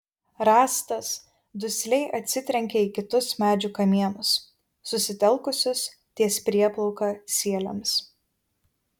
rąstas dusliai atsitrenkė į kitus medžių kamienus susitelkusius ties prieplauka sieliams